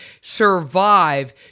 survive